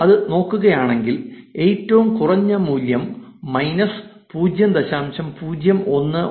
നിങ്ങൾ അത് നോക്കുകയാണെങ്കിൽ ഏറ്റവും കുറഞ്ഞ മൂല്യം മൈനസ് 0